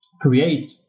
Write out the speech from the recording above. create